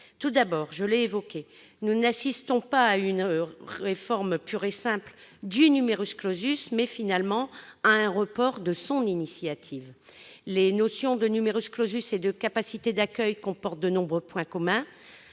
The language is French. Tout d'abord, je l'ai déjà évoqué, nous assistons non pas à une réforme pure et simple du mais, finalement, à un report de son initiative. Les notions de et de capacité d'accueil comportent de nombreux points communs.